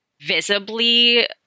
visibly